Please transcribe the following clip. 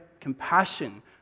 compassion